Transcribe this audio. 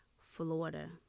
Florida